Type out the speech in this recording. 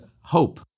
hope